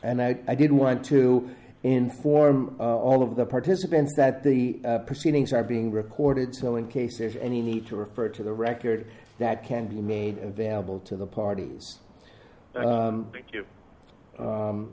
and i did want to inform all of the participants that the proceedings are being recorded so in case there's any need to refer to the record that can be made available to the parties